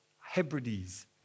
Hebrides